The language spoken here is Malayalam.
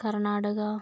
കർണാടക